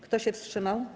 Kto się wstrzymał?